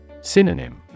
Synonym